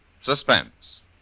suspense